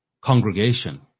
congregation